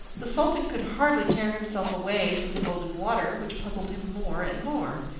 the sultan could hardly tear himself away from the golden water, which puzzled him more and more.